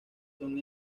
son